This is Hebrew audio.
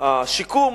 השיקום